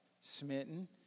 smitten